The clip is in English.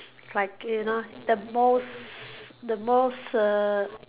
like you know the most the most err